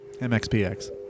MXPX